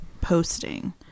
posting